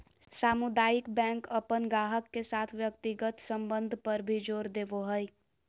सामुदायिक बैंक अपन गाहक के साथ व्यक्तिगत संबंध पर भी जोर देवो हय